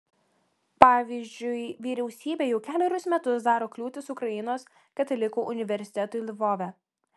pavyzdžiui vyriausybė jau kelerius metus daro kliūtis ukrainos katalikų universitetui lvove